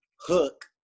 hook